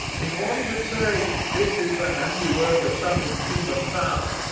if one should say, this is the handiwork of some inhuman power,